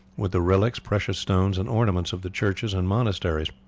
with the relics, precious stones, and ornaments of the churches and monasteries.